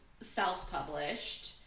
self-published